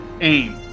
aim